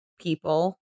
people